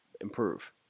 improve